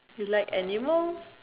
you like animal